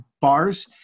bars